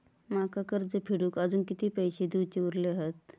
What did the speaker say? माका कर्ज फेडूक आजुन किती पैशे देऊचे उरले हत?